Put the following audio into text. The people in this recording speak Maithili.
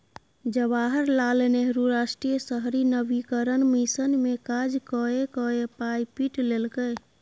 जवाहर लाल नेहरू राष्ट्रीय शहरी नवीकरण मिशन मे काज कए कए पाय पीट लेलकै